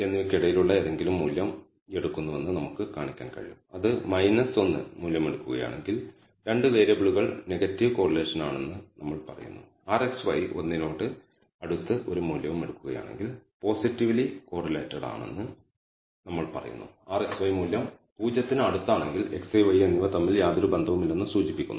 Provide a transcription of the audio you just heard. എന്നിവയ്ക്കിടയിലുള്ള ഏതെങ്കിലും മൂല്യം എടുക്കുന്നുവെന്ന് നമുക്ക് കാണിക്കാൻ കഴിയും അത് 1 മൂല്യമെടുക്കുകയാണെങ്കിൽ 2 വേരിയബിളുകൾ നെഗറ്റീവ് കോറിലേഷനിലാണെന്ന് നമ്മൾ പറയുന്നു rxy ഒന്നിനോട് അടുത്ത് ഒരു മൂല്യം എടുക്കുകയാണെങ്കിൽ പോസിറ്റീവ്ലി കോറിലേറ്റഡ് ആണെന്ന് നമ്മൾ പറയുന്നു rxy മൂല്യം 0 ന് അടുത്താണെങ്കിൽ xi yi എന്നിവ തമ്മിൽ യാതൊരു ബന്ധവുമില്ലെന്ന് സൂചിപ്പിക്കുന്നു